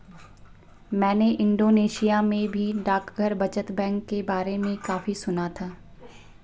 मैंने इंडोनेशिया में भी डाकघर बचत बैंक के बारे में काफी सुना था